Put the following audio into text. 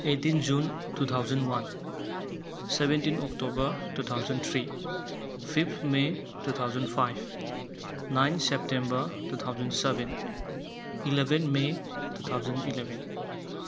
eighteen June two thousand one seventeen October two thousand three fifth may two thousand five nine September two thousand seven eleven may two thousand eleven